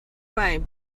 way